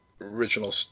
original